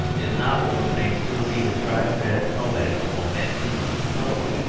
his novels may still be described as poetical romances in prose.